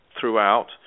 throughout